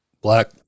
black